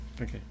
Okay